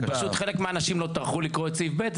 חלק מהאנשים לא טרחו לקרוא את סעיף (ב).